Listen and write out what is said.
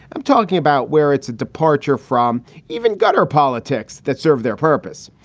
i'm talking about where it's a departure from even gutter politics that served their purpose.